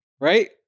right